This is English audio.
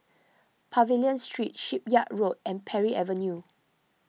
Pavilion Street Shipyard Road and Parry Avenue